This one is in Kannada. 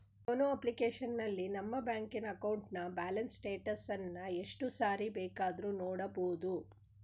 ಯೋನೋ ಅಪ್ಲಿಕೇಶನಲ್ಲಿ ನಮ್ಮ ಬ್ಯಾಂಕಿನ ಅಕೌಂಟ್ನ ಬ್ಯಾಲೆನ್ಸ್ ಸ್ಟೇಟಸನ್ನ ಎಷ್ಟು ಸಾರಿ ಬೇಕಾದ್ರೂ ನೋಡಬೋದು